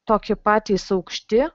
tokie patys aukšti